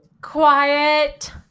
quiet